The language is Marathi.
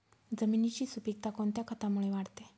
जमिनीची सुपिकता कोणत्या खतामुळे वाढते?